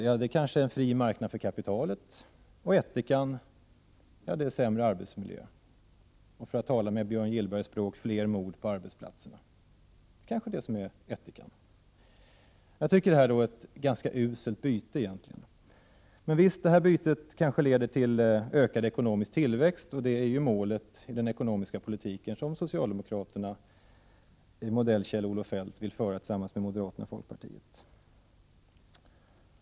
Ja, det kanske är en fri marknad för kapitalet. Och vad är det som är ättikan? Ja, det är en sämre arbetsmiljö, eller — om jag nu skall använda mig av Björn Gillbergs språk — fler mord på arbetsplatserna. Egentligen tycker jag att det är fråga om ett ganska uselt byte. Men det här bytet leder kanske till ökad ekonomisk tillväxt, och det är ju målet för den ekonomiska politik — modell Kjell-Olof Feldt — som socialdemokraterna vill föra tillsammans med moderaterna och folkpartiet.